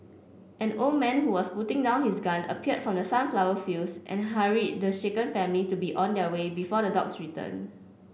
an old man who was putting down his gun appeared from the sunflower fields and hurry the shaken family to be on their way before the dogs return